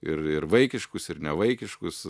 ir ir vaikiškus ir nevaikiškus